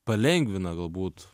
palengvina galbūt